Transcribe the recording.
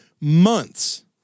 months